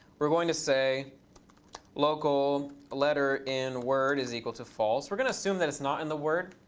we're going to say local letter in word is equal to false. we're going to assume that it's not in the word.